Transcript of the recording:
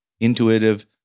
intuitive